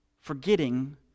forgetting